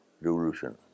revolution